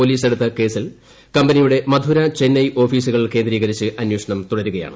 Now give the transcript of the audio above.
പോലീസെടുത്ത കേസിൽ കമ്പനിയുടെ മധുര ചെന്നൈ ഓഫീസുകൾ കേന്ദ്രീകരിച്ച് അന്വേഷണം തുടരുകയാണ്